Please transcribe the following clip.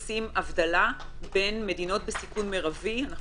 אנחנו עושים הבחנה בין מדינות בסיכון מרבי אנחנו